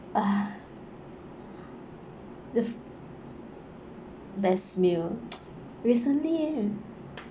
ah the best meal recently